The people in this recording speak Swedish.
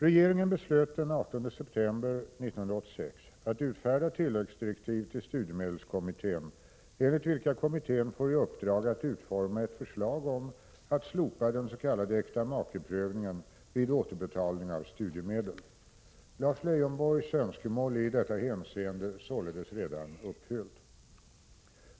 Regeringen beslöt den 18 september 1986 att utfärda tilläggsdirektiv till studiemedelskommittén enligt vilka kommittén får i uppdrag att utforma ett förslag om att slopa den s.k. äktamakeprövningen vid återbetalning av studiemedel. Lars Leijonborgs önskemål är i detta hänseende således redan uppfyllt.